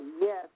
yes